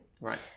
Right